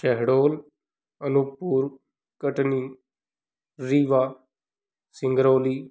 Shahdol Anuppur Katni Rewa Singrauli